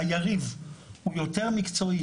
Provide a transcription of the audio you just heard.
שהיריב הוא יותר מקצועי,